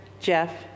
Jeff